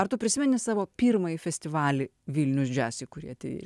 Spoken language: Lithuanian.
ar tu prisimeni savo pirmąjį festivalį vilnius jazz į kurį atėjai